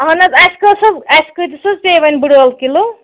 اہن حظ اَسہِ کٔس حظ اسہ کۭتس حظ پے وَنہِ بڑٕ عٲل کِلوٗ